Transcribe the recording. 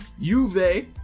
Juve